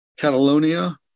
Catalonia